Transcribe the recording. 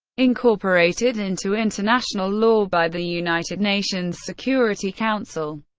incorporated into international law by the united nations security council